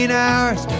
hours